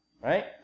right